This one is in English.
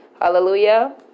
Hallelujah